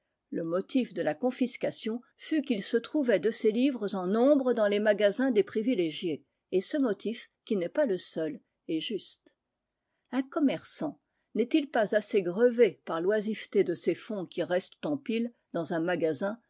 le motif de la confiscation fut qu'il se trouvait de ces livres en nombre dans les magasins des privilégiés et ce motif qui n'est pas le seul est juste un commerçant n'est-il pas assez grevé par l'oisiveté de ses fonds qui restent en piles dans un magasin